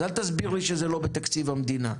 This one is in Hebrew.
אז אל תסביר לי שזה לא בתקציב המדינה.